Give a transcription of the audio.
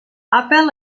apple